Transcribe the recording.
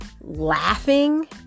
laughing